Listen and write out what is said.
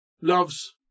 loves